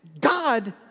God